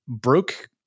broke